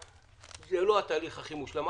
זה לא התהליך הכי מושלם,